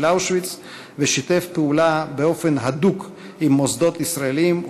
אושוויץ ושיתף פעולה באופן הדוק עם מוסדות ישראליים,